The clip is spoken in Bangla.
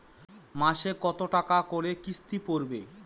মাসে কত টাকা করে কিস্তি পড়বে?